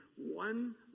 one